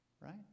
Right